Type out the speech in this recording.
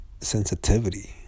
sensitivity